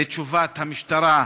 לתשובת המשטרה,